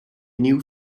new